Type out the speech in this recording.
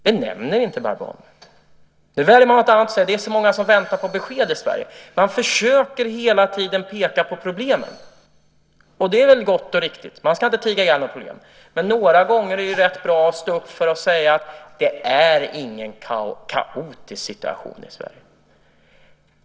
Det nämner inte Barbro Holmberg. Nu väljer man ett annat sätt: Det är så många som väntar på besked i Sverige. Man försöker hela tiden peka på problemen. Det är väl riktigt - man ska inte tiga ihjäl några problem. Men några gånger är det rätt bra att stå upp och säga att det inte är en kaotisk situation i Sverige.